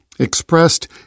expressed